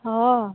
অঁ